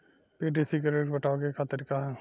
PDC से ऋण पटावे के का तरीका ह?